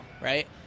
right